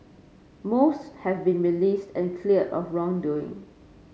most have been released and cleared of wrongdoing